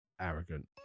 Arrogant